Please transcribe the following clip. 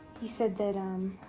he said that